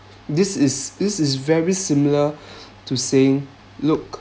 this is this is very similar to saying look